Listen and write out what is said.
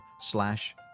slash